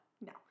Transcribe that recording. no